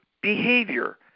behavior